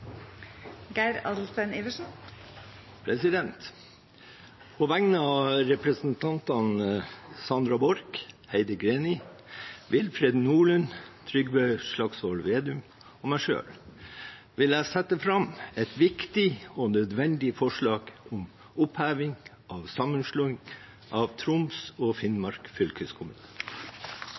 Geir Adelsten Iversen vil fremsette et representantforslag. På vegne av representantene Sandra Borch, Heidi Greni, Willfred Nordlund, Trygve Slagsvold Vedum og meg selv vil jeg sette fram et viktig og nødvendig forslag om oppheving av sammenslåing av Troms og Finnmark